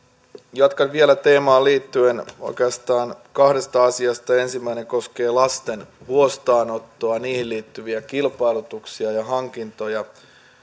jatkan vielä teemaan liittyen oikeastaan kahdesta asiasta ensimmäinen koskee lasten huostaanottoa siihen liittyviä kilpailutuksia ja hankintoja